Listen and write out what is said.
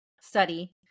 study